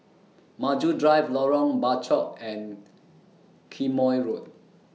Maju Drive Lorong Bachok and Quemoy Road